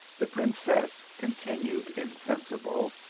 the princess continued in sensible,